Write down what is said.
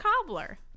cobbler